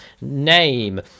name